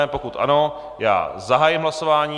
Pokud ano, zahájím hlasování.